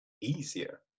easier